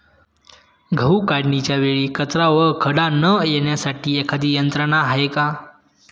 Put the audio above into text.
गहू काढणीच्या वेळी कचरा व खडा न येण्यासाठी एखादी यंत्रणा आहे का?